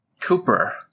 Cooper